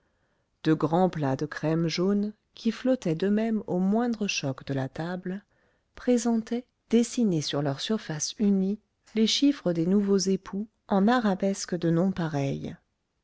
de grands plats de crème jaune qui flottaient d'eux-mêmes au moindre choc de la table présentaient dessinés sur leur surface unie les chiffres des nouveaux époux en arabesques de nonpareille